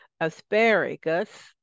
asparagus